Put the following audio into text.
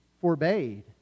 forbade